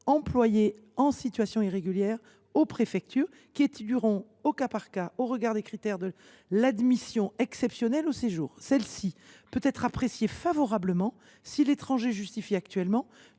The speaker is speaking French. employées en situation irrégulière aux préfectures, qui étudieront les dossiers au cas par cas, au regard des critères de l’admission exceptionnelle au séjour. Celle ci peut être appréciée favorablement si l’étranger justifie actuellement